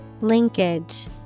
Linkage